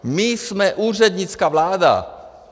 My jsme úřednická vláda.